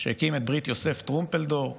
שהקים את ברית יוסף טרומפלדור.